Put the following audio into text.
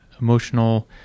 emotional